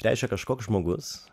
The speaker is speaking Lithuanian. reiškia kažkoks žmogus